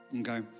okay